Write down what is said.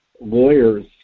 lawyers